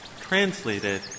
Translated